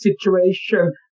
situation